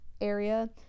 area